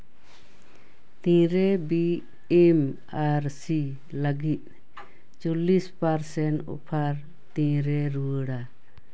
ᱛᱤᱱᱨᱮ B M R C ᱞᱟᱹᱜᱤᱫ ᱪᱚᱞᱞᱤᱥ ᱯᱟᱨᱥᱮᱱ ᱚᱯᱷᱟᱨ ᱛᱤᱱᱨᱮ ᱨᱩᱣᱟᱹᱲᱟ